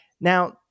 Now